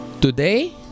Today